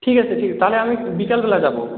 ঠিক আছে ঠিক তাহলে আমি বিকালবেলা যাব